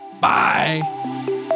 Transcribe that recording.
bye